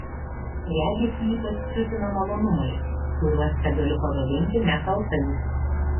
regis jį ypač siutina malonumai kuriuos tegaliu pavadinti nekaltais